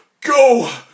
Go